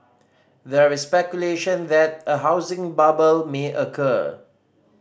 there is speculation that a housing bubble may occur